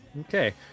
Okay